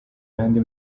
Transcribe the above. n’andi